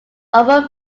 over